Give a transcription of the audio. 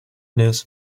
news